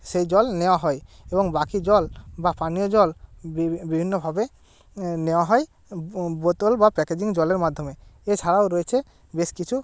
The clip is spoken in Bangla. সেই জল নেওয়া হয় এবং বাকি জল বা পানীয় জল বিভিন্নভাবে নেওয়া হয় বোতল বা প্যাকেজিং জলের মাধ্যমে এছাড়াও রয়েছে বেশ কিছু